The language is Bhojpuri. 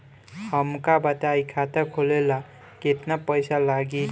हमका बताई खाता खोले ला केतना पईसा लागी?